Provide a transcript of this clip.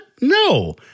No